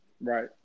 Right